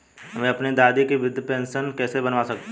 मैं अपनी दादी की वृद्ध पेंशन कैसे बनवा सकता हूँ?